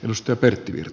arvoisa puhemies